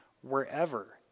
wherever